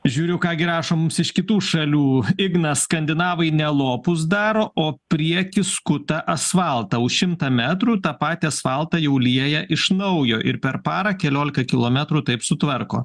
žiūriu ką gi rašo mums iš kitų šalių ignas skandinavai ne lopus daro o prieky skuta asfaltą už šimtą metrų tą patį asfaltą jau lieja iš naujo ir per parą keliolika kilometrų taip sutvarko